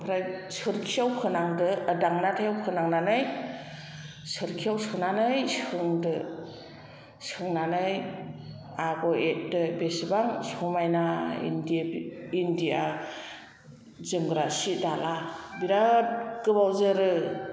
ओमफ्राय सोरखिआव फोनांदो दांनाथायाव फोनांनानै सोरखिआव सोनानै सोंदो सोंनानै आगर एरदो बेसेबां समायना इन्दिया जोमग्रा सि दायोब्ला बिराद गोबाव जोरो